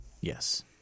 Yes